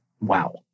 Wow